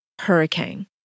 hurricane